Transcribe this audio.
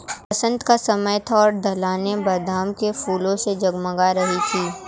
बसंत का समय था और ढलानें बादाम के फूलों से जगमगा रही थीं